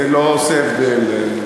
זה לא עושה הבדל,